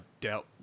doubt